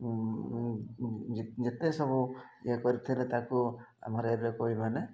ଯେତେ ସବୁ ଇଏ କରିଥିଲେ ତାକୁ ଆମର ଏବେ କହିବେ